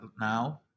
now